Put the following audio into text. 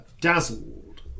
dazzled